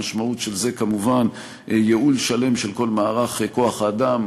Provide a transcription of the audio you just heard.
המשמעות של זה כמובן היא ייעול שלם של כל מערך כוח-האדם,